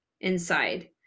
inside